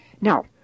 Now